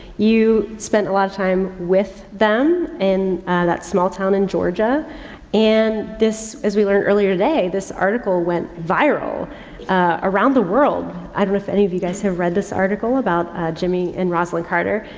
you spent a lot of time with them in that small town in georgia and this, as we learned earlier today, this article went viral around the world. i don't know if any of you guys have read this article about jimmy and rosalind carter.